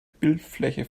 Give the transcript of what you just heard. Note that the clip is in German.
bildfläche